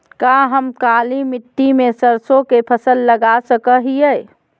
का हम काली मिट्टी में सरसों के फसल लगा सको हीयय?